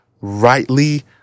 rightly